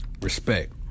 respect